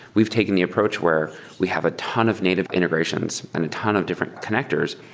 we've taken the approach where we have a ton of native integrations and a ton of different connectors,